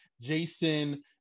Jason